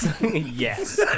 yes